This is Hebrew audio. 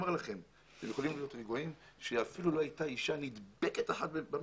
אתם יכולים להיות רגועים שלא הייתה אפילו נדבקת אחת במקוואות.